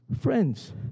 Friends